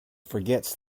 forgets